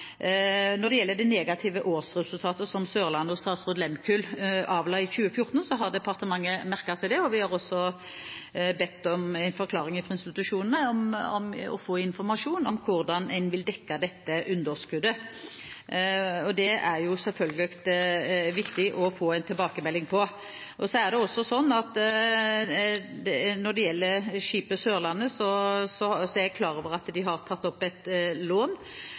Det negative årsresultatet som «Sørlandet» og «Statsraad Lehmkuhl» avla i 2014, har departementet merket seg, og vi har også bedt om en forklaring fra institusjonene og om å få informasjon om hvordan en vil dekke dette underskuddet. Det er det selvfølgelig viktig å få en tilbakemelding på. Når det gjelder skipet «Sørlandet», er jeg klar over at de har tatt opp et lån, og at man ser at det krever litt å betjene det, men det er